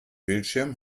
bildschirm